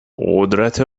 قدرت